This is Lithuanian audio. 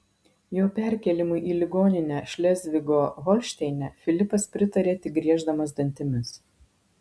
jo perkėlimui į ligoninę šlezvigo holšteine filipas pritarė tik grieždamas dantimis